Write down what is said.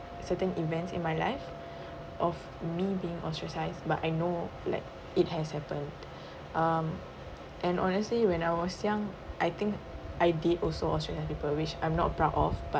certain events in my life of me being ostracised but I know like it has happened um and honestly when I was young I think I did also ostracise people which I'm not proud of but